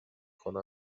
کنیم